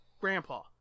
grandpa